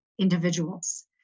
individuals